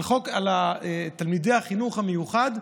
על תלמידי החינוך המיוחד,